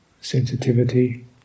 sensitivity